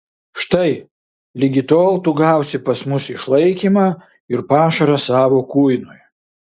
štai ligi tol tu gausi pas mus išlaikymą ir pašarą savo kuinui